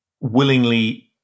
willingly